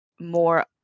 more